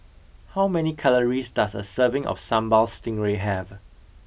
how many calories does a serving of Sambal Stingray have